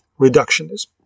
reductionism